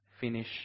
finish